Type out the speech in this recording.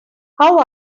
how